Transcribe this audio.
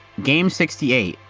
game sixty eight.